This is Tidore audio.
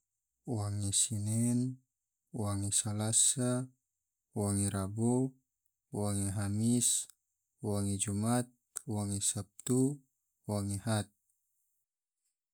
Wange sinen, wange salasa, wange rabo, wange hamis, wange jumat, wange sabtu, wange had.